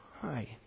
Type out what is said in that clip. Hi